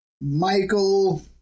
Michael